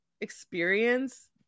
experience